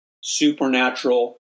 supernatural